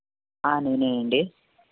నేనే అండి